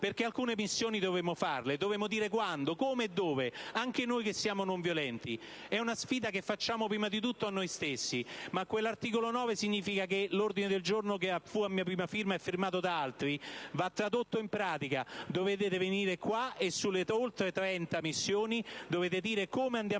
che alcune missioni dovremo farle e dovremo dire quando, come e dove, anche noi che siamo non violenti. È una sfida che facciamo prima di tutto a noi stessi, ma quell'articolo 9 significa che l'ordine del giorno di cui ero primo firmatario, sottoscritto anche da altri colleghi, va tradotto in pratica: dovete venire qui, e sulle oltre 30 missioni dovete dire come andiamo avanti e come